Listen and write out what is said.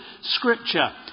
scripture